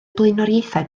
blaenoriaethau